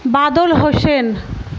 Badal Hossain